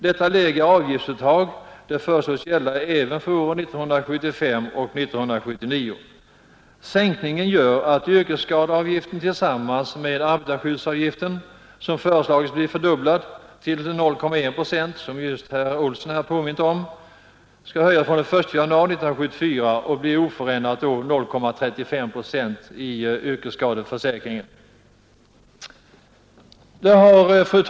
Detta lägre avgiftsuttag föreslås gälla även för åren 1975—1979. Sänkningen gör att yrkesskadeavgiften tillsammans med arbetarskyddsavgiften, som föreslagits bli fördubblad till 0,1 procent — herr Olsson i Stockholm har påmint om det — från den 1 januari 1974, blir oförändrat 0,35 procent.